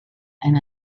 and